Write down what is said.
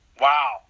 Wow